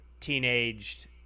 teenaged